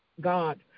God